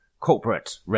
Corporate